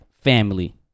family